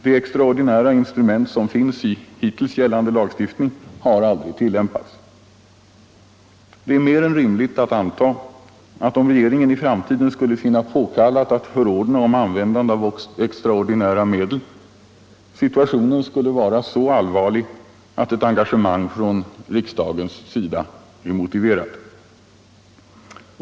De extraordinära instrumenten i den nuvarande lagstiftningen har aldrig tillämpats. Det är mer än rimligt att anta att om regeringen i framtiden skulle finna påkallat att förordna om användande av extraordinära medel, situationen skulle vara så allvarlig att ett engagemang från riksdagens sida är motiverat.